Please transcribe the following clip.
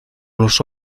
los